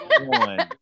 one